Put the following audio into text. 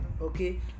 okay